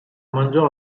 mangiò